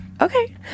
Okay